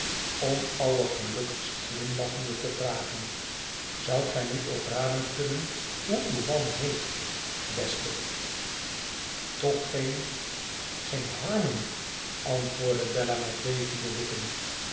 om allergelukkigst glimlachend te vragen tzoudt gij nu ook raden kunnen hoe uw man heet beste toch een geen harmon antwoordde bella met bevende lippen